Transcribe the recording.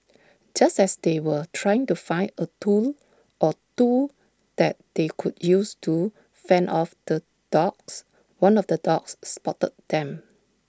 just as they were trying to find A tool or two that they could use to fend off the dogs one of the dogs spotted them